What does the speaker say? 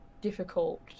difficult